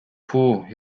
puh